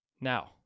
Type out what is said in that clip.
Now